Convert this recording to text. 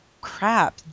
crap